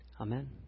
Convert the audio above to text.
Amen